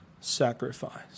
sacrifice